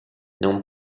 non